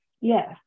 Yes